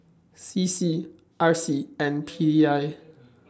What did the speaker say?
C C R C and P D I